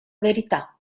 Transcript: verità